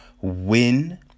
win